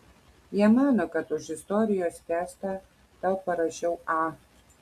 jie mano kad už istorijos testą tau parašiau a